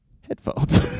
headphones